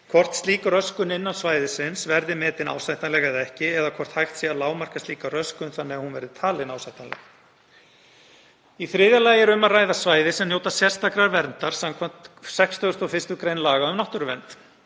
hvort slík röskun innan svæðisins verði metin ásættanleg eða ekki eða hvort hægt sé að lágmarka slíka röskun þannig að hún verði talin ásættanleg. Í þriðja lagi er um að ræða svæði sem njóta sérstakrar verndar samkvæmt 61. gr. laga um náttúruvernd,